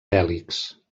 bèl·lics